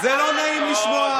זה לא נעים לשמוע,